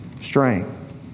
strength